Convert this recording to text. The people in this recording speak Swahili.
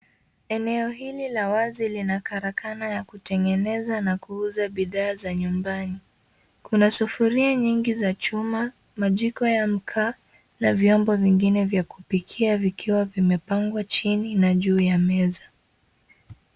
Eneo hili la wazi lina karakana ya kutengeneza na kuuza bidhaa za nyumbani. Kuna sufuria nyingi za chuma, majiko ya makaa na vyombo vingine vya kupikia vikiwa vimepangwa chini na juu ya meza.